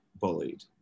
bullied